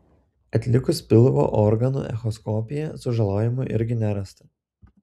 atlikus pilvo organų echoskopiją sužalojimų irgi nerasta